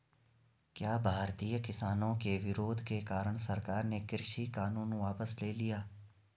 क्या भारतीय किसानों के विरोध के कारण सरकार ने कृषि कानून वापस ले लिया?